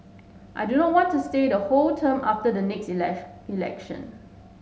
I do not want to stay the whole term after the next election